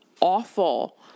awful